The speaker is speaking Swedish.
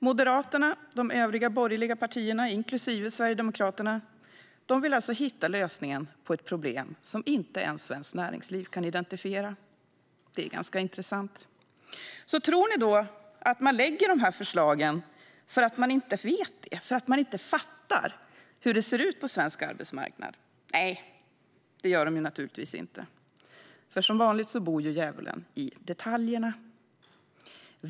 Moderaterna och de övriga borgerliga partierna, inklusive Sverigedemokraterna, vill alltså hitta lösningen på ett problem som inte ens Svenskt Näringsliv kan identifiera. Det är ganska intressant. Tror ni då att man lägger fram dessa förslag för att man inte vet detta och inte fattar hur det ser ut på svensk arbetsmarknad? Nej, så är det naturligtvis inte, för som vanligt bor djävulen i detaljerna.